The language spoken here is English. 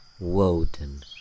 Woden